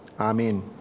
Amen